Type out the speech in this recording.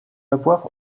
avoir